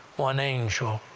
one angel,